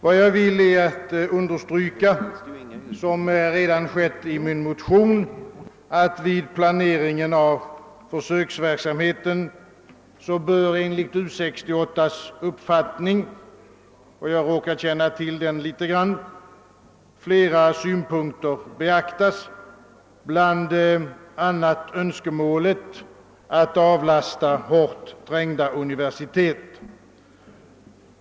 Vad jag vill är att understryka, som redan skett i min motion, att vid planeringen av försöksverksamheten bör enligt U 68:s uppfattning — och jag råkar känna till den litet grand — flera synpunkter beaktas, bl.a. önskemålet att avlasta hårt trängda universitet.